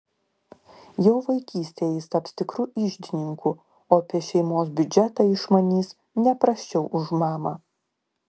jau vaikystėje jis taps tikru iždininku o apie šeimos biudžetą išmanys ne prasčiau už mamą